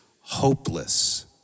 hopeless